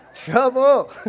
Trouble